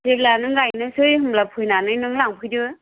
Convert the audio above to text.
जेब्ला नों गायनोसै होमब्ला फैनानै नोंं लांफैदो